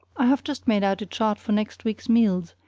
i have just made out a chart for next week's meals,